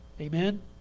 amen